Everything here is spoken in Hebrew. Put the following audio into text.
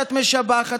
שאת משבחת,